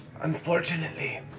unfortunately